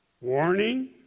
warning